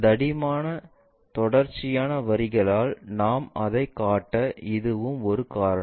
தடிமான தொடர்ச்சியான வரிகளால் நாம் அதைக் காட்ட இதுவும் ஒரு காரணம்